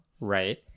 right